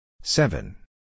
Seven